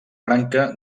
branca